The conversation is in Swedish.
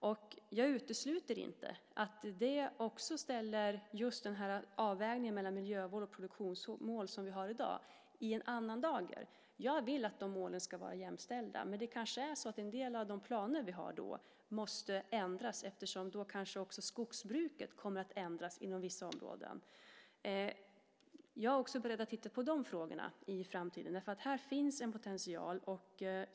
Och jag utesluter inte att det också ställer just avvägningen mellan de miljömål och de produktionsmål som vi har i dag i en annan dager. Jag vill att de målen ska vara jämställda. Men det kanske är så att en del av de planer vi har måste ändras eftersom skogsbruket kanske också kommer att ändras inom vissa områden. Jag är också beredd att titta närmare på de frågorna i framtiden, därför att här finns en potential.